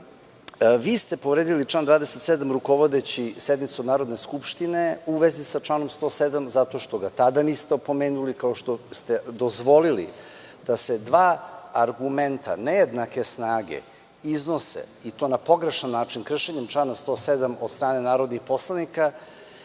ste povredili član 27. rukovodeći sednicom Narodne skupštine, u vezi sa članom 107, zato što ga tada niste opomenuli, kao što ste dozvolili da se dva argumenta nejednake snage iznose, i to na pogrešan način, kršenjem člana 107 od strane narodnih poslanika. Kada